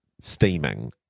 steaming